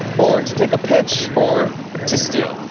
ah or to take a pitch, or to steal.